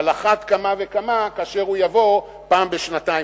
על אחת כמה וכמה כאשר הוא יבוא פעם בשנתיים.